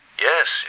yes